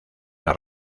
las